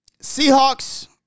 Seahawks